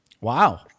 Wow